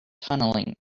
tunneling